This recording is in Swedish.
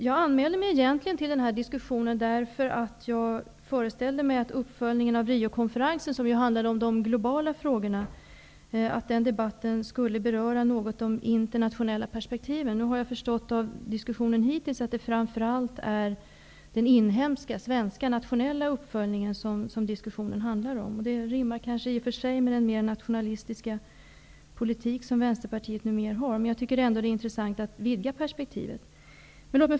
Jag anmälde mig egentligen till den här diskussionen därför att jag föreställde mig att debatten om uppföljningen av Riokonferensen, som handlade om de globala frågorna, något skulle beröra de internationella perspektiven. Nu har jag av diskussionen hittills förstått att det framför allt är den inhemska, nationella uppföljningen som diskussionen handlar om. Det rimmar kanske i och för sig med den mer nationalistiska politik som Vänsterpartiet numera för, men jag tycker ändå att det vore intressant att vidga perspektivet.